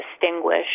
distinguish